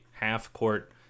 half-court